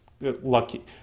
lucky